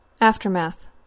Aftermath